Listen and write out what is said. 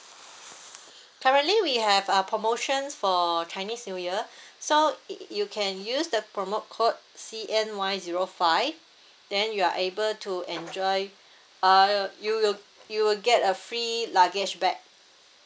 currently we have a promotions for chinese new year so you can use the promo code C_N_Y zero five then you are able to enjoy uh you will you will get a free luggage bag